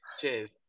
cheers